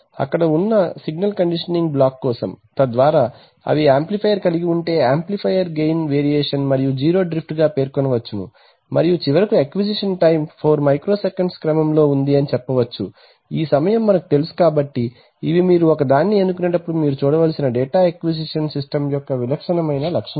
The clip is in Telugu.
అక్కడ ఉన్న సిగ్నల్ కండిషనింగ్ బ్లాక్ కోసం తద్వారా అవి యాంప్లిఫైయర్ కలిగి ఉంటే యాంప్లిఫైయర్ గెయిన్ వేరియేషన్ మరియు జీరో డ్రిఫ్ట్ గా పేర్కొనవచ్చు మరియు చివరకు అక్విజిషన్ టైమ్ 4 మైక్రో సెకన్ల క్రమంలో ఉంది అని చెప్ప వచ్చు ఈ సమయం మనకు తెలుసు కాబట్టి ఇవి మీరు ఒక దానిని ఎన్నుకునేటప్పుడు మీరు చూడవలసిన డేటా అక్విజిషన్ సిస్టమ్ యొక్క విలక్షణ లక్షణాలు